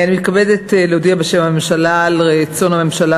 אני מתכבדת להודיע בשם הממשלה על רצון הממשלה